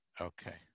Okay